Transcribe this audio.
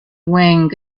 wing